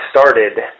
started